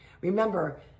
Remember